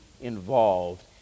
involved